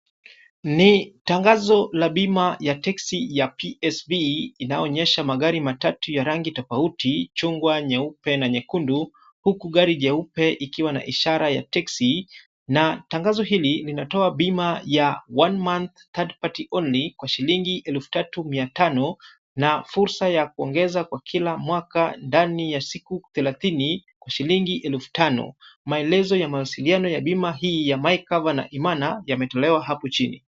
Ni tangazo la bima ya teksi ya psv inayoonyesha magari matatu ya rangi tofauti, chungwa, nyeupe na nyekundu huku gari jeupe ikiwa na ishara ya teksi na tangazo hili linatoa bima ya one month one party only kwa shilingi elfu tatu mia tano na fursa ya kuongeza kwa kila mwaka ndani ya siku thelathini kwa shilingi elfu tano. Maelezo ya mawasiliano ya bima hii ya my cover na Imana yametolewa hapo chini.